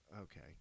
okay